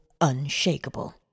unshakable